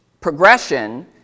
progression